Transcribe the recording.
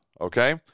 okay